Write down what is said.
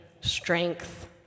strength